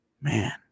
man